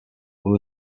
will